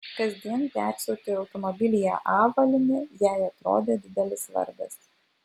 kasdien persiauti automobilyje avalynę jei atrodo didelis vargas